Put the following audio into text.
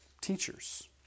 teachers